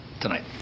tonight